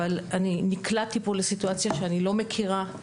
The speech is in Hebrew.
אבל אני נקלעתי פה לסיטואציה שאני לא מכירה,